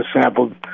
sampled